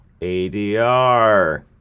ADR